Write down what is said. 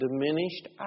diminished